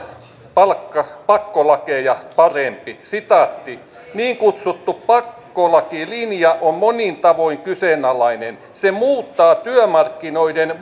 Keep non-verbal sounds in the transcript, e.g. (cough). pakkolakeja parempi niin kutsuttu pakkolakilinja on monin tavoin kyseenalainen se muuttaa työmarkkinoiden (unintelligible)